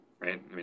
right